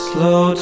Slow